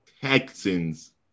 Texans